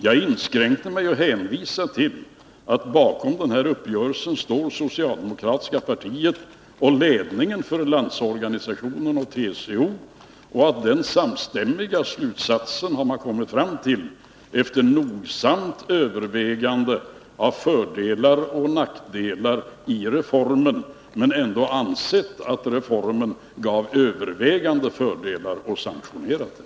Jag inskränkte mig till att hänvisa till att bakom den här uppgörelsen står socialdemokratiska partiet och ledningen för Landsorganisationen och TCO. Den samstämmiga slutsatsen har man kommit fram till efter nogsamt övervägande av fördelar och nackdelar i reformen. Man har ändå ansett att reformen gav övervägande fördelar och har sanktionerat den.